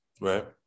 right